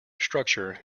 structure